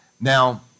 Now